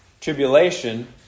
Tribulation